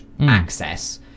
access